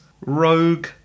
rogue